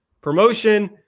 promotion